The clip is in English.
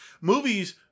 movies